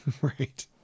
Right